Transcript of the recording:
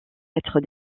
être